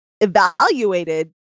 evaluated